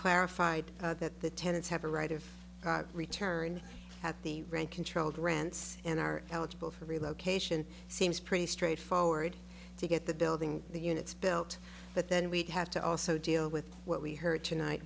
clarified that the tenants have a right of return have the rent controlled rents and are eligible for relocation seems pretty straightforward to get the building the units built but then we have to also deal with what we heard tonight